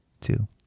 two